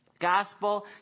gospel